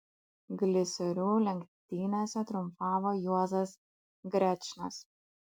gliserių lenktynėse triumfavo juozas grečnas